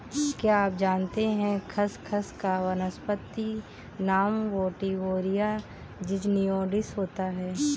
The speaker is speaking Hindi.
क्या आप जानते है खसखस का वानस्पतिक नाम वेटिवेरिया ज़िज़नियोइडिस होता है?